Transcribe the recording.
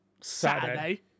Saturday